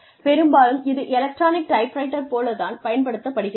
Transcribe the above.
பெரும்பாலும் இது electronic typewriter போலத்தான் பயன்படுத்தப் படுகிறது